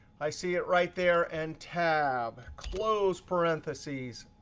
i see it right there, and tab. close parentheses.